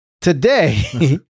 today